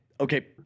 Okay